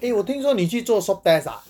eh 我听说你去做 swab test ah